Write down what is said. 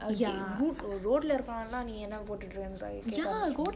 road ல இருக்கரவெலா நீ என்ன போட்டுட்டு:le irukerevelaa nee enne potutu